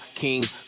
King